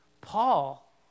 Paul